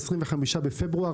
25 בפברואר,